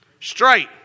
Straight